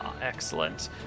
Excellent